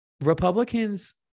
Republicans